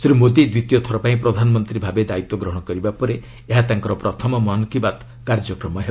ଶ୍ରୀ ମୋଦୀ ଦ୍ୱିତୀୟ ଥର ପାଇଁ ପ୍ରଧାନମନ୍ତ୍ରୀ ଭାବେ ଦାୟିତ୍ୱ ଗ୍ରହଣ କରିବା ପରେ ଏହା ତାଙ୍କର ପ୍ରଥମ ମନ୍ କି ବାତ୍ କାର୍ଯ୍ୟକ୍ରମ ହେବ